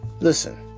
listen